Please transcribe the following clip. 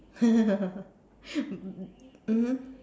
mmhmm